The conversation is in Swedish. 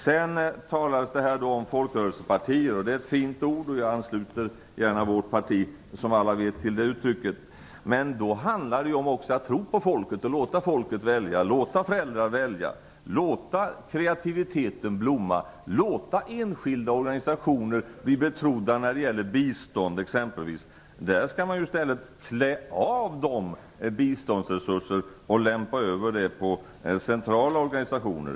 Det talades här också om folkrörelsepartier. Det är ett fint ord. Jag ansluter gärna vårt parti, som alla vet, till det uttrycket. Men då handlar det också om att tro på folket och att låta folket välja. Vi måste låta föräldrar välja, låta kreativiteten blomma och låta enskilda organisationer bli betrodda när det t.ex. gäller bistånd. Man skall i stället klä av dem biståndsresurser och lämpa över det på centrala organisationer.